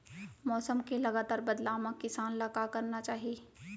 मौसम के लगातार बदलाव मा किसान ला का करना चाही?